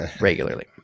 regularly